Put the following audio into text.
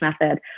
Method